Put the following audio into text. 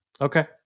Okay